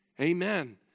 Amen